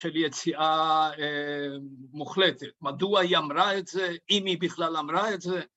‫של יציאה מוחלטת. ‫מדוע היא אמרה את זה? ‫אם היא בכלל אמרה את זה?